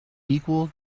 equal